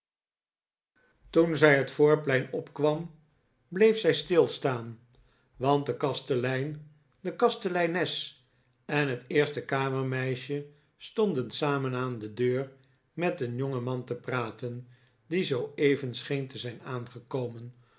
toen zij het voorplein opkwam bleef zij stilstaan want de kastelein de kasteleines en het eerste kamermeisje stonden samen aan de deur met een jongeman te praten die zooeven scheen te zijn aangekomen